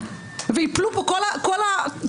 הוא יחול רק עוד ארבע שנים,